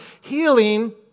Healing